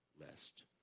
lest